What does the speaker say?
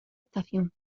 estación